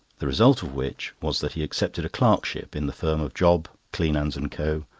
the result of which was that he accepted a clerkship in the firm of job cleanands and co,